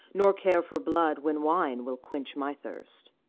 nor care for blood when wine will quench my thirst.